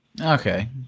Okay